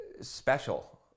special